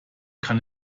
kann